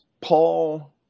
Paul